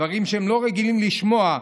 דברים שהם לא רגילים לשמוע,